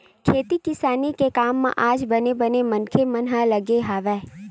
खेती किसानी के काम म आज बने बने मनखे मन ह लगे हवय